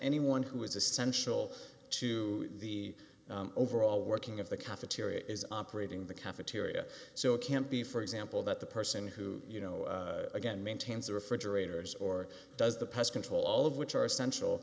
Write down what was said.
anyone who is essential to the overall working of the cafeteria is operating the cafeteria so it can't be for example that the person who you know again maintains the refrigerator's or does the pest control all of which are essential